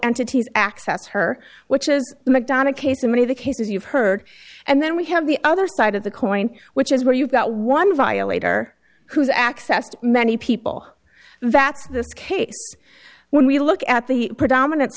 entities access her which is madonna case or many of the cases you've heard and then we have the other side of the coin which is where you've got one violator who has access to many people that's this case when we look at the predominant